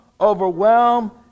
overwhelm